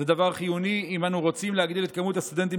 זה דבר חיוני אם אנו רוצים להגדיל את כמות הסטודנטים